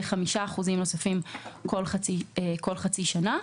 ו-5% נוספים כל חצי שנה.